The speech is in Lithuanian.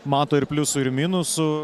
mato ir pliusų ir minusų